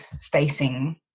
facing